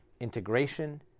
integration